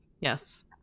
Yes